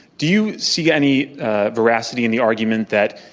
do you see any veracity in the argument that,